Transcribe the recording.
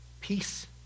peace